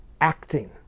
acting